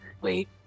Wait